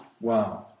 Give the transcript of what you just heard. Wow